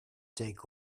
take